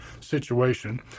situation